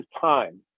time